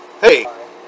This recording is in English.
Hey